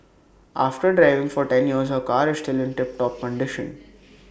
after driving for ten years her car is still in tip top condition